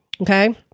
Okay